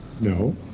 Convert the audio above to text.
no